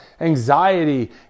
anxiety